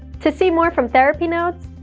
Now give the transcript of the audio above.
to see more from therapy notes,